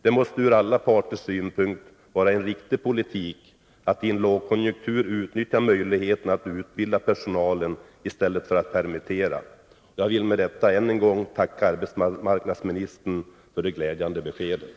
Det måste ur alla parters synpunkt vara en riktig politik att i en lågkonjunktur utnyttja möjligheten att utbilda personalen i stället för att permittera. Jag vill med detta än en gång tacka arbetsmarknadsministern för det glädjande beskedet.